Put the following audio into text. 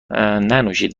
ننوشید